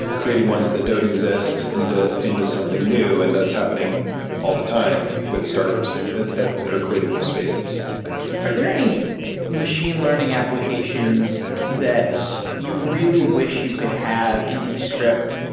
creating ones that don't exist into into something new and that's happening all the time with startups that that are creating new spaces are there any machine learning applications that you really wish you could have in descript,